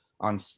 on